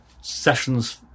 sessions